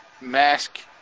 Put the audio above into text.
mask